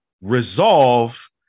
resolve